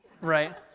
right